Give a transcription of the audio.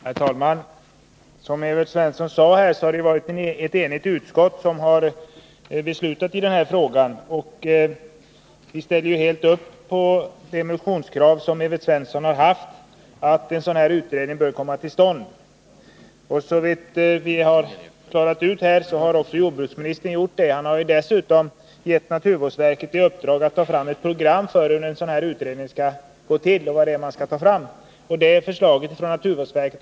Herr talman! Som Evert Svensson sade är utskottet enigt i den här frågan. Vi ställer helt upp på Evert Svenssons motionskrav, att en sådan här utredning bör komma till stånd. Såvitt vi har förstått är det också jordbruksministerns mening att tillsätta en utredning. Dessutom har han gett naturvårdsverket i uppdrag att ta fram ett program för hur en sådan utredning skall gå till. Ett förslag därom har också kommit från naturvårdsverket.